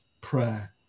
prayer